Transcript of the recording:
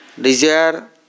desire